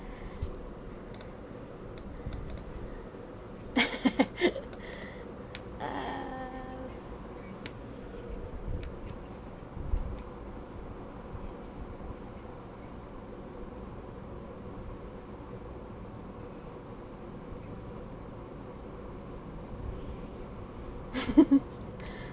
err